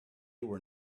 were